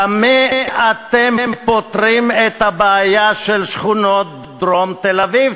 במה אתם פותרים את הבעיה של שכונות דרום תל-אביב,